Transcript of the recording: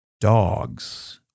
dogs